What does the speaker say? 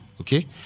okay